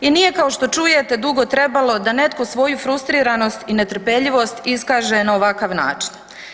I nije kao što čujete, drugo trebalo da netko svoju frustriranost i netrpeljivost iskaže na ovakav način.